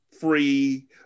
free